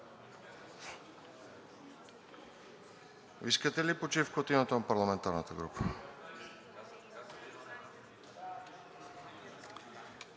Искате ли почивка от името на парламентарната група?